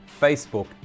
Facebook